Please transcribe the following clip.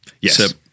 Yes